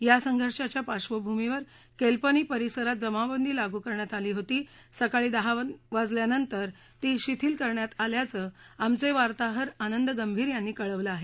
या संघर्षाच्या पार्श्वभूमीवर केलपनी परिसरात जमावबेटी लागू करण्यात आली होती सकाळी दहा वाजल्यानंतर ती शिथील करण्यात आल्याचं आमचे वार्ताहर आनद्यातीर याती कळवली आहे